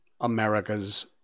America's